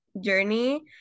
journey